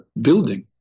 building